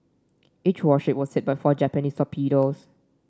each warship was hit by four Japanese torpedoes